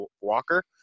Walker